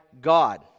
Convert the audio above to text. God